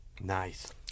Nice